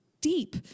deep